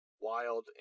wild